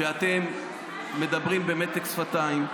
אתם מדברים במתק שפתיים,